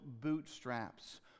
bootstraps